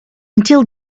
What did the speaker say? until